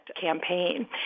campaign